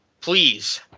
Please